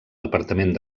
departament